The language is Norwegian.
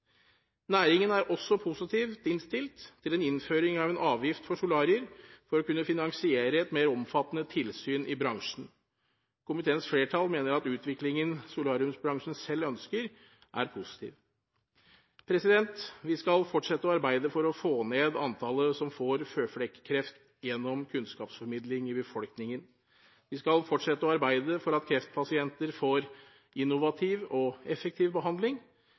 Næringen er også positivt innstilt til en innføring av en avgift for solarier for å kunne finansiere et mer omfattende tilsyn i bransjen. Komiteens flertall mener at utviklingen solariebransjen selv ønsker, er positiv. Vi skal fortsette å arbeide for å få ned antallet som får føflekkreft gjennom kunnskapsformidling i befolkningen. Vi skal fortsette å arbeide for at kreftpasienter får innovativ og effektiv behandling,